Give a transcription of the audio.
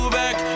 back